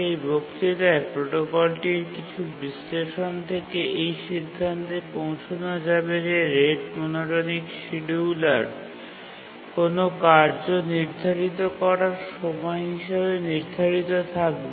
এই বক্তৃতায় প্রোটোকলটির কিছু বিশ্লেষণ থেকে এই সিদ্ধান্তে পৌঁছান যাবে যে রেট মনোটনিক সিডিউলার কোনও কার্য নির্ধারিত করার সময় হিসাবে নির্ধারিত থাকবে